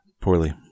Poorly